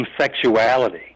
sexuality